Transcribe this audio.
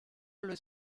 allo